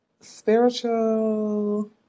spiritual